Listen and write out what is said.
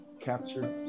capture